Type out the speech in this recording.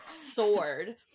sword